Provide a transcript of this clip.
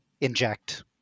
inject